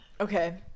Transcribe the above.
Okay